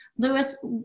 Lewis